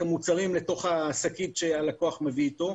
המוצרים לתוך השקית שהלקוח מביא אתו.